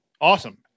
Awesome